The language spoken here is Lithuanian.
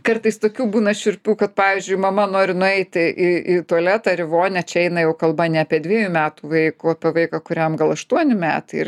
kartais tokių būna šiurpių kad pavyzdžiui mama nori nueiti į į tualetą ar į vonią čia eina jau kalba ne apie dviejų metų vaiku apie vaiką kuriam gal aštuoni metai ir